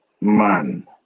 man